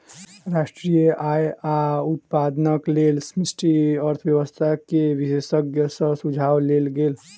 राष्ट्रीय आय आ उत्पादनक लेल समष्टि अर्थशास्त्र के विशेषज्ञ सॅ सुझाव लेल गेल